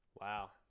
Wow